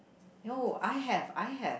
no I have I have